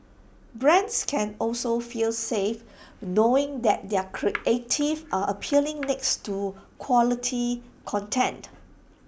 brands can also feel safe knowing that their creatives are appearing next to quality content